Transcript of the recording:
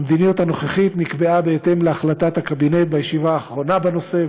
המדיניות הנוכחית נקבעה בהתאם להחלטת הקבינט בישיבה האחרונה בנושא,